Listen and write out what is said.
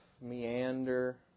meander